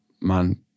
man